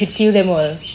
should kill them all